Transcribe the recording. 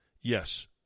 Yes